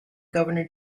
governor